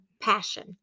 passion